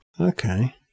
Okay